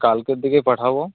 কালকের দিকেই পাঠাবো